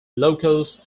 locals